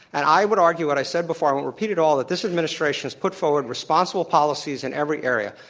and i would argue what i said before, i won't repeat it all, that this administration's put forward responsible policies in every area.